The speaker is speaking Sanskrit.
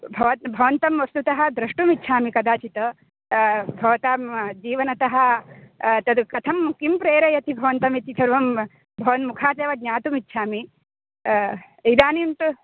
भवत् भवन्तं वस्तुतः द्रष्टुमिच्छामि कदाचित् भवतां जीवनतः तद् कथं किं प्रेरयति भवन्तम् इति सर्वं भवन्मुखादेव ज्ञातुमिच्छामि इदानीं तु